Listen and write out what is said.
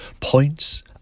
points